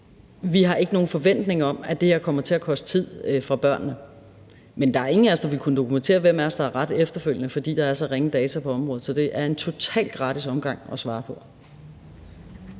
har nogen forventning om, at det her kommer til at tage tid fra børnene. Men der er ingen af os, der efterfølgende vil kunne dokumentere, hvem af os der har ret, fordi der er så ringe data på området. Så det er en total gratis omgang at svare på